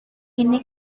ini